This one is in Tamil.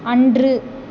அன்று